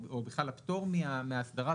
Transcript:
או בכלל הפטור מאסדרה.